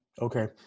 Okay